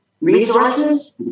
Resources